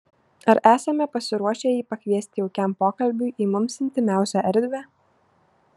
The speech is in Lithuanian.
ar esame pasiruošę jį pakviesti jaukiam pokalbiui į mums intymiausią erdvę